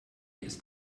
ist